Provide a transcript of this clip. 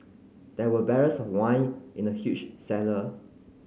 there were barrels of wine in the huge cellar